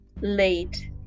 late